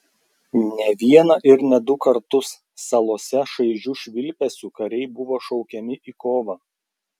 ne vieną ir ne du kartus salose šaižiu švilpesiu kariai buvo šaukiami į kovą